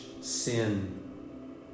sin